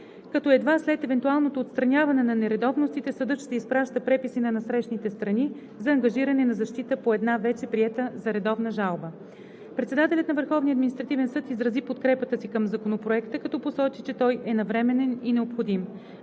като едва след евентуалното отстраняване на нередовностите съдът ще изпраща преписи на насрещните страни за ангажиране на защита по една вече приета за редовна жалба. Председателят на Върховния административен съд изрази подкрепата си към Законопроекта, като посочи, че той е навременен и необходим.